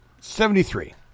Seventy-three